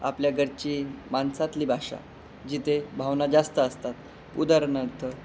आपल्या घरची माणसातली भाषा जिथे भावना जास्त असतात उदाहरणार्थ